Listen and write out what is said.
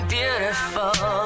beautiful